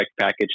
package